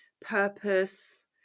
purpose